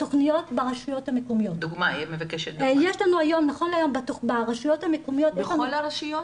נכון להיום ברשויות המקומיות יש לנו --- בכל הרשויות?